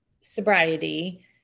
sobriety